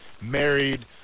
married